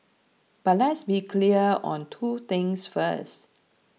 but let's be clear on two things first